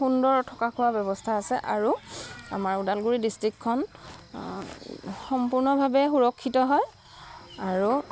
সুন্দৰ থকা খোৱা ব্যৱস্থা আছে আৰু আমাৰ ওদালগুৰি ডিষ্ট্ৰিকখন সম্পূৰ্ণভাৱে সুৰক্ষিত হয় আৰু